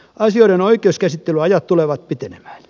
asioiden oikeuskäsittelyajat tulevat pitenemään